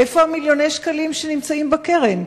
איפה מיליוני השקלים שנמצאים בקרן?